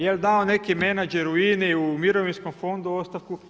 Je li dao neki menadžer u INA-i, u mirovinskom fondu ostavku?